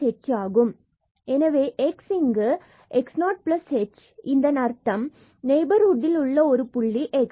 fn1x0ξx எனவே x இங்கு x0h இந்த அர்த்தம் x0 நெய்பர்ஹுட்டில் உள்ள ஒரு புள்ளி x